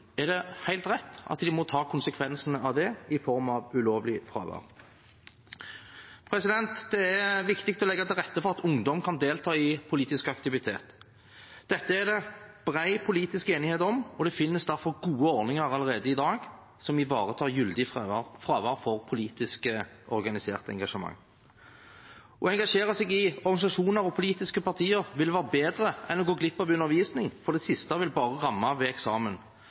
er det helt rett at de må ta konsekvensene av det i form av ulovlig fravær. Det er viktig å legge til rette for at ungdom kan delta i politisk aktivitet. Dette er det bred politisk enighet om, og det finnes derfor gode ordninger allerede i dag som ivaretar gyldig fravær for politisk organisert engasjement. Å engasjere seg i organisasjoner og politiske partier vil være bedre enn å gå glipp av undervisning, for det siste vil bare ramme ved eksamen.